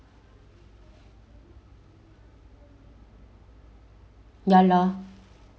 ya lah